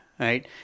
right